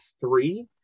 three